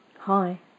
Hi